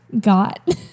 got